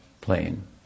plane